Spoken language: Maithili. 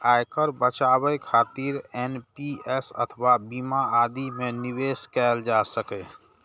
आयकर बचाबै खातिर एन.पी.एस अथवा बीमा आदि मे निवेश कैल जा सकैए